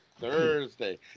Thursday